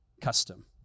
custom